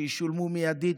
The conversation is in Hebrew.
שישולמו מיידית,